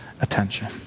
attention